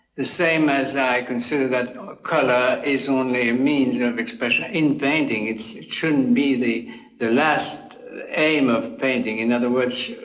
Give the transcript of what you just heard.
the same as i consider that color is only a means of expression, in painting it shouldn't be the the last aim of painting in other words,